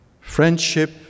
Friendship